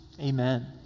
Amen